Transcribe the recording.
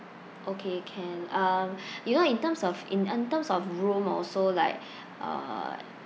okay can um you know in terms of in in terms of room also like uh